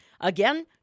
Again